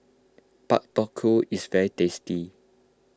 Pak Thong Ko is very tasty